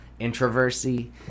introversy